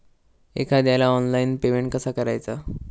एखाद्याला online payment कसा करायचा?